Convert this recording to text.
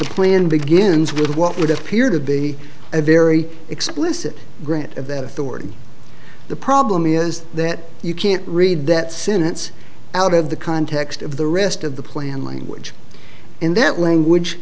the plan begins with what would appear to be a very explicit grant of that authority the problem is that you can't read that sentence out of the context of the rest of the plan language in that language